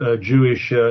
Jewish